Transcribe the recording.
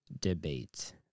debate